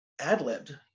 ad-libbed